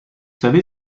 savez